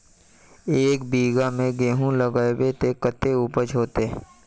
एक बिगहा में गेहूम लगाइबे ते कते उपज होते?